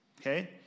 okay